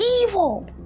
evil